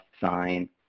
sign